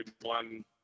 one